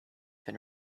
been